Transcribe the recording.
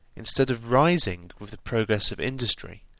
instead of rising with the progress of industry,